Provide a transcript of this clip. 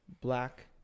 black